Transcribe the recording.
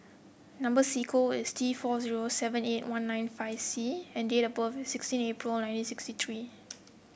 number sequence is T four zero seven eight one nine five C and date of birth is sixteen April nineteen sixty three